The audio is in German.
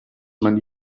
man